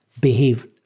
behave